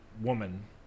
woman